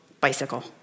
bicycle